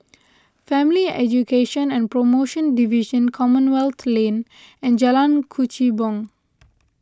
Family Education and Promotion Division Commonwealth Lane and Jalan Kechubong